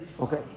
Okay